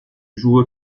joues